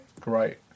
great